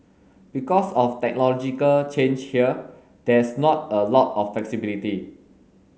because of technological change here there's not a lot of flexibility